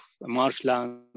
marshland